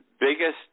biggest